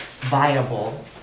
viable